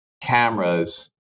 cameras